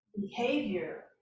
behavior